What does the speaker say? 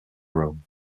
rome